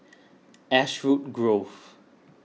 Ashwood Grove